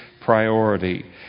priority